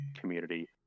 community